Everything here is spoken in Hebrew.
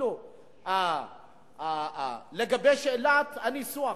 אפילו לגבי שאלת הניסוח,